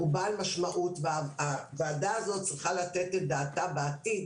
היא בעלת משמעות והוועדה הזאת צריכה לתת את דעתה בעתיד